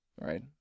right